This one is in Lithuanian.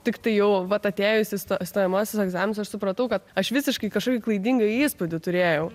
tiktai jau vat atėjus į stojamuosius egzaminus aš supratau kad aš visiškai kažkokį klaidingą įspūdį turėjau